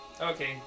Okay